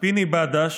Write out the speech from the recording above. פיני בדש,